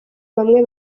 bamwe